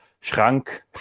schrank